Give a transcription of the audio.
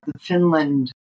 Finland